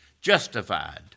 justified